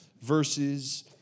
verses